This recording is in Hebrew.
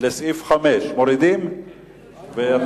לסעיף 5. מורידים.